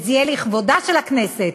וזה יהיה לכבודה של הכנסת,